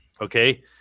Okay